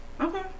Okay